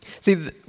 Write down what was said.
see